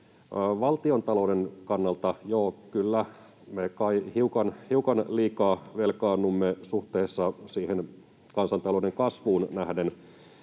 Valtiontalouden kannalta, joo, kyllä me kai hiukan liikaa velkaannumme suhteessa kansantalouden kasvuun,